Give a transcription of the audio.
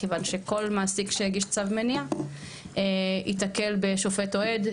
כיוון שכל מעסיק שהגיש צו מניעה ייתקל בשופט אוהד,